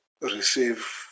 receive